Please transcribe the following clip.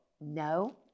No